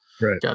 right